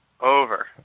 Over